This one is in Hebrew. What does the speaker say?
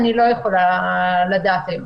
אני לא יכולה לדעת היום.